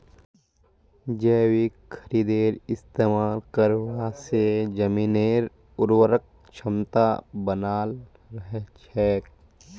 जैविक खादेर इस्तमाल करवा से जमीनेर उर्वरक क्षमता बनाल रह छेक